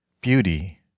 beauty